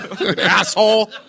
Asshole